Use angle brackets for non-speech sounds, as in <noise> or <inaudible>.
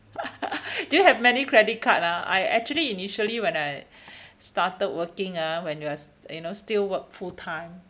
<laughs> do you have many credit card ah I actually initially when I started working ah when we are you know still work full time